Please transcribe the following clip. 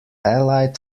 allied